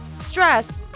stress